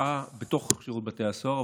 תשעה בתוך שירות בתי הסוהר,